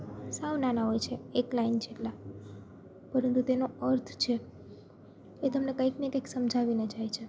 સાવ નાના હોય છે એક લાઇન જેટલા પરંતુ તેનો અર્થ છે એ તમને કાંઈકને કાંઈક સમજાવીને જાય છે